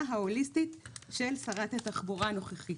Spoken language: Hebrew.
ההוליסטית של שרת התחבורה הנוכחית.